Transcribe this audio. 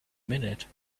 minute